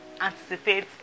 Anticipate